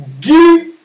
give